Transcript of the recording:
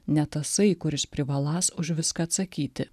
ne tasai kuris privaląs už viską atsakyti